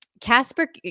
casper